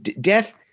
Death